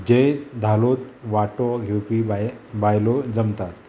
जे धालोंत वांटो घेवपी बाय बायलो जमतात